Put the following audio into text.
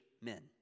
men